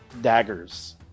daggers